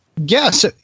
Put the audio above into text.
Yes